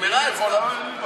נגמרה ההצבעה.